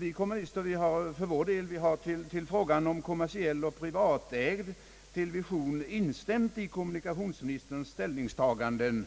Vi kommunister har för vår del till frågan om kommersiell och privatägd television instämt i kommunikatior sministerns ställningstaganden